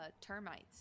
termites